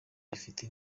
rifite